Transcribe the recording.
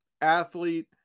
athlete –